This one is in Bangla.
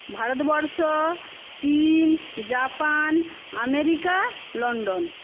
ভারতবর্ষ চীন জাপান আমেরিকা লন্ডন